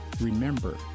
remember